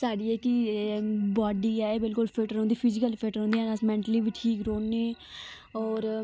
साढ़ी जेह्की एह् बाडी ऐ एह् बिलकुल फिट्ट रौंह्दी फिजीकली फिट्ट रौह्ने अस मैंटली बी ठीक रौह्ने और